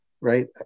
right